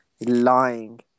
lying